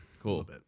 Cool